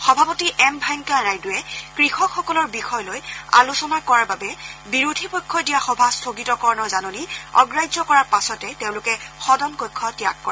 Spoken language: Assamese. সভাপতি এম ভেংকায়া নাইডুৱে কৃষকসকলৰ বিষয় লৈ আলোচনা কৰাৰ বাবে বিৰোধী পক্ষই দিয়া সভা স্থগিতকৰণৰ জাননী আগ্ৰাহ্য কৰাৰ পাছতে তেওঁলোকে সদন কক্ষ ত্যাগ কৰে